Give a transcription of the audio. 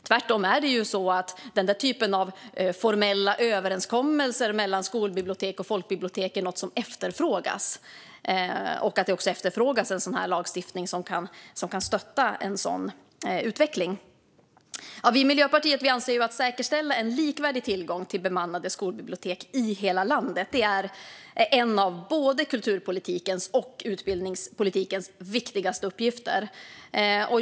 Tvärtom är det ju så att den här typen av formella överenskommelser mellan skolbibliotek och folkbibliotek är något som efterfrågas. Det efterfrågas också lagstiftning som kan stötta en sådan utveckling. Vi i Miljöpartiet anser att säkerställandet av likvärdig tillgång till skolbibliotek i hela landet är en av både kulturpolitikens och utbildningspolitikens viktigaste uppgifter.